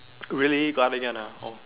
really got again ah oh